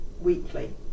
weekly